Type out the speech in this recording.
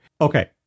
Okay